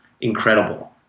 incredible